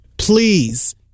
Please